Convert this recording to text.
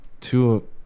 two